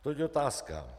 Toť otázka.